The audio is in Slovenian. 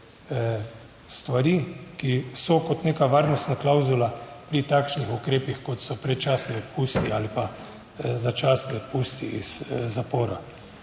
stvari, ki so kot neka varnostna klavzula pri takšnih ukrepih, kot so predčasni odpusti ali pa začasni odpusti iz zapora.